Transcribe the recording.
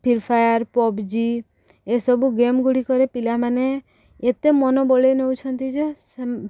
free fire PUBG ଏସବୁ game ଗୁଡ଼ିକରେ ପିଲାମାନେ ଏତେ ମନ ବଳେଇ ନଉଛନ୍ତି ଯେ